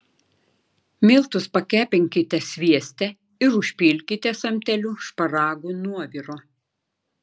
miltus pakepinkite svieste ir užpilkite samteliu šparagų nuoviru